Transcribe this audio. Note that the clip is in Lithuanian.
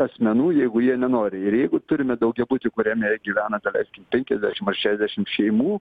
asmenų jeigu jie nenori ir jeigu turime daugiabutį kuriame gyvena dalei penkiasdešim ar šešdešim šeimų